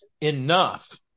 enough